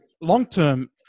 Long-term